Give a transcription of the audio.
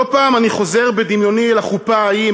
לא פעם אני חוזר בדמיוני אל החופה ההיא,